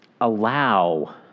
allow